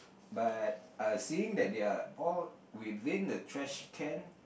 but uh seeing that they are all within the trash can